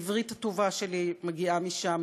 העברית הטובה שלי מגיעה משם,